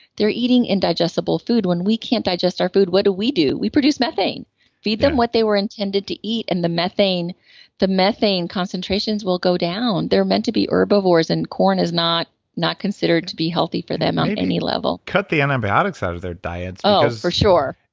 they're eating indigestible food. when we can't digest our food what do we do? we produce methane feed them what they were intended to eat and the methane the methane concentrations will go down. they're meant to be herbivores and corn is not not considered to be healthy for them on any level maybe cut the antibiotics out of their diet oh, for sure.